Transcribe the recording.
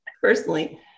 personally